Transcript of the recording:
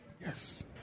Yes